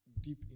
deep